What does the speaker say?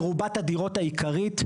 מרובת הדירות העיקרית,